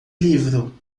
livro